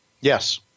Yes